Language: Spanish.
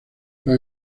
los